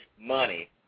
money